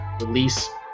release